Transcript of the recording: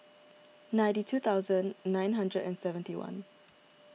ninety two thousand nine hundred and seventy one